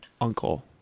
uncle